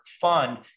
fund